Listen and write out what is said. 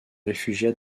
réfugia